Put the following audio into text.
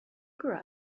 grew